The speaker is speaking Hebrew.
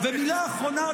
ומילה אחרונה,